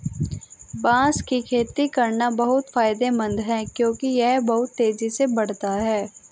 बांस की खेती करना बहुत ही फायदेमंद है क्योंकि यह बहुत तेजी से बढ़ता है